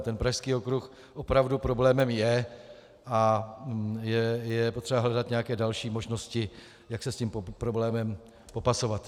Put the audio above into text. Ten Pražský okruh opravdu problémem je a je potřeba hledat nějaké další možnosti, jak se s tím problémem popasovat.